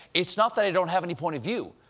it's not that i don't have any point of view,